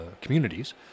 communities